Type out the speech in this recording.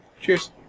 Cheers